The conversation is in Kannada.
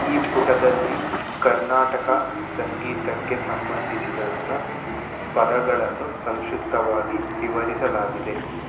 ಈ ಪುಟದಲ್ಲಿ ಕರ್ನಾಟಕ ಸಂಗೀತಕ್ಕೆ ಸಂಬಂಧಿಸಿದಂತ ಪದಗಳನ್ನು ಸಂಕ್ಷಿಪ್ತವಾಗಿ ವಿವರಿಸಲಾಗಿದೆ